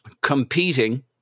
competing